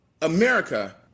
America